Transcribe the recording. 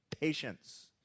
patience